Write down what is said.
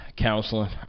counseling